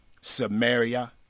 Samaria